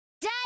Die